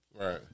Right